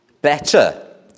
Better